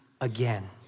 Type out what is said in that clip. Again